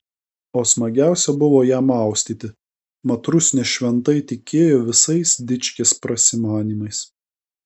o smagiausia buvo ją maustyti mat rusnė šventai tikėjo visais dičkės prasimanymais